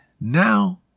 Now